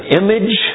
image